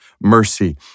mercy